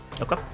Okay